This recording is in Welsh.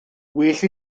well